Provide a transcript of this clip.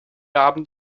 abend